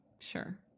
sure